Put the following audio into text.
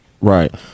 right